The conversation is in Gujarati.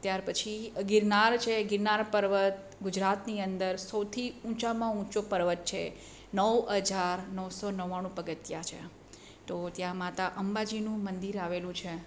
ત્યાર પછી ગિરનાર છે ગિરનાર પર્વત ગુજરાતની અંદર સૌથી ઊંચામાં ઊંચો પર્વત છે નવ હજાર નવસો નવ્વાણું પગથિયાં છે તો ત્યાં માતા અંબાજીનું મંદિર આવેલું છે